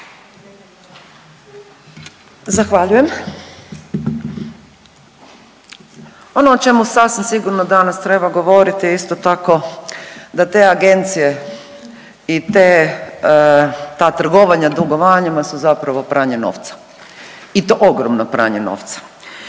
Zahvaljujem. Ono o čemu sasvim sigurno danas treba govoriti isto tako da te agencije i te ta trgovanja dugovanjima su zapravo pranje novca i to ogromno pranje novce.